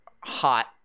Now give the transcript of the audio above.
hot